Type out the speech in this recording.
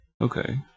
Okay